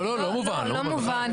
לא מובן,